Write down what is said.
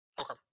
Okay